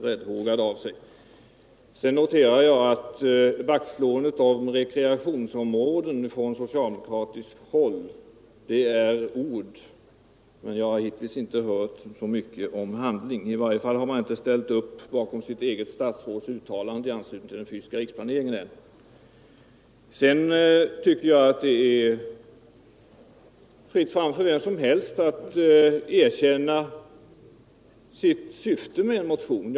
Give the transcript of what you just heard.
Jag noterar att vaktslåendet kring rekreationsområden från socialdemokratiskt håll hittills bara är ord. Jag har inte hört så mycket om handling. I varje fall har man ännu inte ställt upp bakom sitt eget statsråds uttalande i anslutning till den fysiska riksplaneringen. Jag tycker att att man bör erkänna sitt syfte med en motion.